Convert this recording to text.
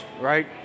right